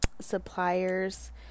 suppliers